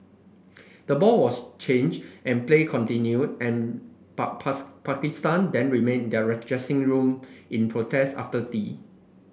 the ball was change and play continued and but Pakistan then remained their dressing room in protest after tea